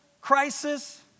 crisis